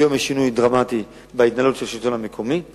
היום יש שינוי דרמטי בהתנהלות של השלטון המקומי,